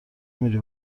میری